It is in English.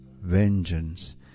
vengeance